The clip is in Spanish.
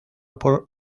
por